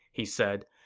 he said.